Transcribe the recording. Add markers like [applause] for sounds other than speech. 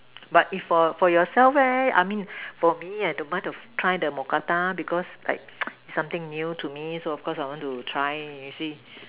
but if for for yourself eh I mean for me I don't mind to try the mookata because like [noise] it's something new to me so of cause I want to try and see